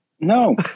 No